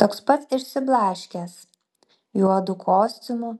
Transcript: toks pat išsiblaškęs juodu kostiumu